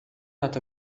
not